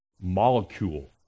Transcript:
molecule